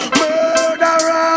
murderer